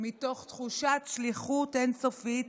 מתוך תחושת שליחות אין-סופית